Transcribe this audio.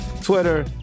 Twitter